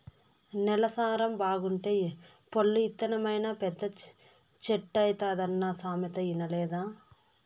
నేల సారం బాగుంటే పొల్లు ఇత్తనమైనా పెద్ద చెట్టైతాదన్న సామెత ఇనలేదా